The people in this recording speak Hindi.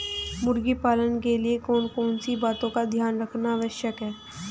मुर्गी पालन के लिए कौन कौन सी बातों का ध्यान रखना आवश्यक है?